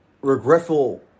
regretful